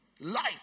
Light